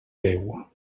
veu